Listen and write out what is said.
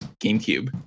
GameCube